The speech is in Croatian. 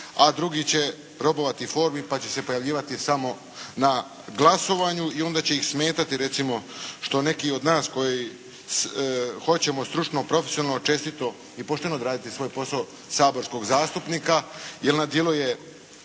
a drugi će robovati formi pa će se pojavljivati samo na glasovanju i onda će ih smetati recimo što neki od nas koji hoćemo stručno, profesionalno, čestito i pošteno odraditi svoj posao saborskog zastupnika jer na djelu je